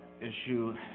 issue